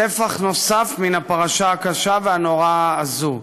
טפח נוסף מן הפרשה הקשה והנוראה הזו: